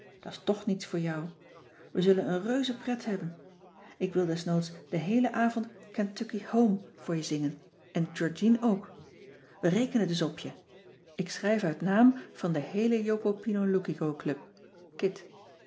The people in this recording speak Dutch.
gaat da's toch niets voor jou we zullen een reuzepret hebben ik wil desnoods den heelen avond kentucky home voor cissy van marxveldt de h b s tijd van joop ter heul je zingen en georgien ook we rekenen dus op je ik schrijf uit naam van de heele jopopinoloukicoclub